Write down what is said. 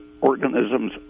organism's